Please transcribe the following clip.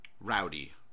Rowdy